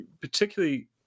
particularly